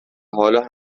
حالا